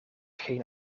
geen